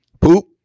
poop